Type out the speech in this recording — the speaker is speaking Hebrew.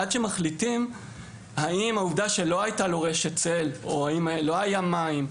עד שמחליטים אם העובדה שלא הייתה לו רשת צל או אם לא היו מים,